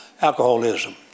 Alcoholism